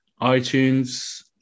iTunes